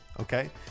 okay